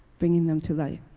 bringing them to light.